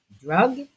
drug